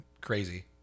crazy